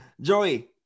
Joey